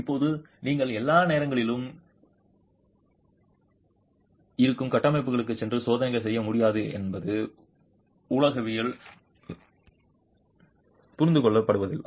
இப்போது நீங்கள் எல்லா நேரத்திலும் இருக்கும் கட்டமைப்புகளில் சென்று சோதனைகள் செய்ய முடியாது என்பது உலகளவில் புரிந்து கொள்ளப்படுவதால்